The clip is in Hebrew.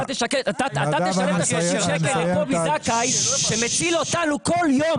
אתה תשלם את ה-30 שקלים לקובי זכאי שמציל אותנו כל יום.